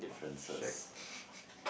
!wah! shag